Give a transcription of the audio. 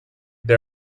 they